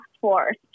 force